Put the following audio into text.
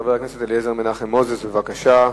חבר הכנסת אליעזר מנחם מוזס, בבקשה.